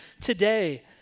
today